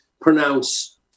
pronounce